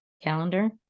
calendar